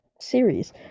series